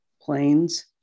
planes